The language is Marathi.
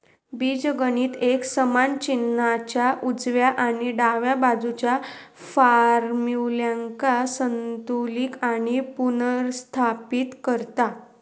बीजगणित एक समान चिन्हाच्या उजव्या आणि डाव्या बाजुच्या फार्म्युल्यांका संतुलित आणि पुनर्स्थापित करता